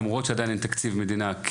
למרות שעדיין אין תקציב מדינה,